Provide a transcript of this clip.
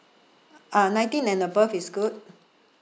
uh nineteen and above is good